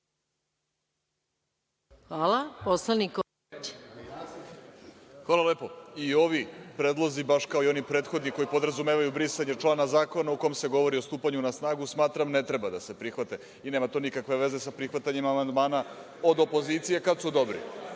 **Vladimir Orlić** Hvala lepo.I ovi predlozi, baš kao i oni prethodni koji podrazumevaju brisanje člana zakona u kom se govori o stupanju na snagu, smatram da ne treba da se prihvate i nema to nikakve veze sa prihvatanjem amandmana od opozicije kad su dobri.